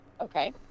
Okay